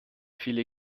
viele